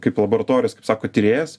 kaip laboratorijos kaip sako tyrėjas